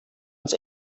uns